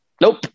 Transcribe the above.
Nope